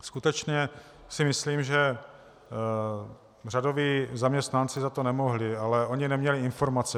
Skutečně si myslím, že řadoví zaměstnanci za to nemohli, ale oni neměli informace.